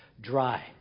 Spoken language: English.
dry